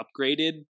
upgraded